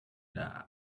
die